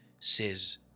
says